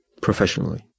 professionally